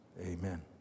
Amen